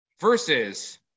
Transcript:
versus